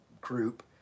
group